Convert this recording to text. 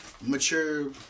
mature